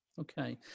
Okay